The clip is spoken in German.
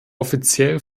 offiziell